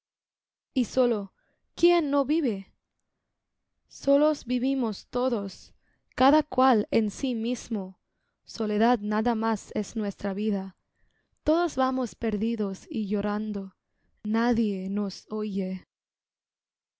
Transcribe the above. y sólo quién no vive sólos vivimos todos cada cuál en sí mismo soledad nada más es nuestra vida todos vamos perdidos y llorando nadie nos oye